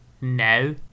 No